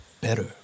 better